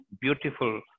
beautiful